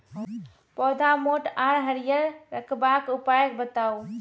पौधा मोट आर हरियर रखबाक उपाय बताऊ?